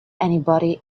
anybody